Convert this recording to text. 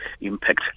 impact